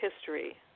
history